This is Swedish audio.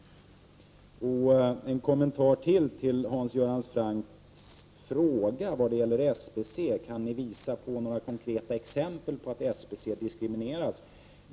Jag kan ge ytterligare en kommentar till Hans Göran Francks fråga om SBC, som var om vi kan visa några konkreta exempel på att SBC diskrimineras.